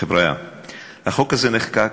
החוק הזה נחקק,